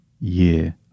year